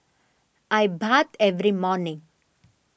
I bathe every morning